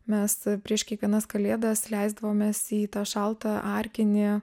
mes prieš kiekvienas kalėdas leisdavomės į tą šaltą arkinį